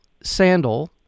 sandal